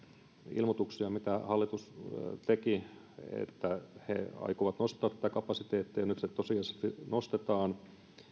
ilmoituksia mitä hallitus teki että he aikovat nostaa tätä kapasiteettia nyt se tosiasiallisesti nostetaan